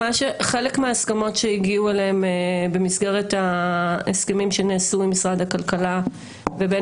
חלק מההסכמות שהגיעו אליהן במסגרת ההסכמים שנעשו עם משרד הכלכלה ובין